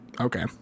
Okay